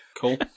Cool